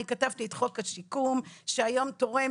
אני כתבתי את חוק השיקום שהיום תורם